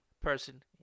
person